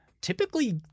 typically